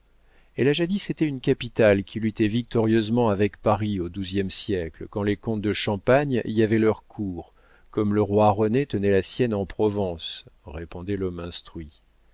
elle a jadis été une capitale qui luttait victorieusement avec paris au douzième siècle quand les comtes de champagne y avaient leur cour comme le roi rené tenait la sienne en provence répondait l'homme instruit